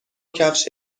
کفش